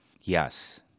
Yes